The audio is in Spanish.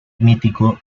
mítico